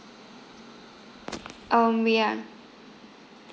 um we are